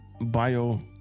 Bio